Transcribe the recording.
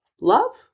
love